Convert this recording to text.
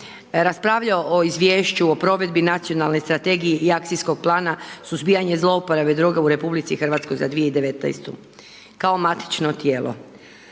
raspravljao o izvješću o provedbi Nacionalne strategije i akcijskog plana suzbijanja zlouporabe droga u RH za 2019. kao matično tijelo.